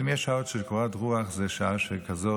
אבל אם יש שעות של קורת רוח זה שעה שכזאת,